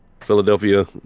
Philadelphia